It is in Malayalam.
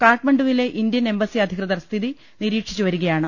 കാഠ്മ ണ്ഡുവിലെ ഇന്ത്യൻ എംബസി അധികൃതർ സ്ഥിതി നിരീക്ഷിച്ചു വരികയാണ്